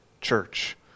church